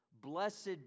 Blessed